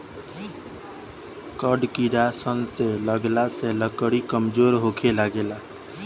कड़ किड़ा सन के लगला से लकड़ी कमजोर होखे लागेला